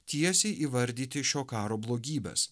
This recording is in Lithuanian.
tiesiai įvardyti šio karo blogybes